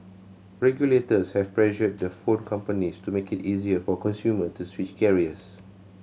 regulators have pressured the phone companies to make it easier for consumer to switch carriers